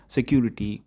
Security